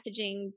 messaging